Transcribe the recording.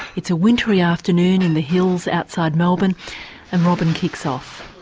it's a wintery afternoon in the hills outside melbourne and robyn kicks off.